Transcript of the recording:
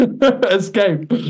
escape